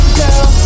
girl